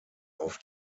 auf